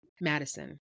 madison